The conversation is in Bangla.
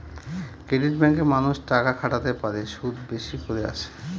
ক্রেডিট ব্যাঙ্কে মানুষ টাকা খাটাতে পারে, সুদ বেশি করে আসে